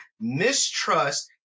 mistrust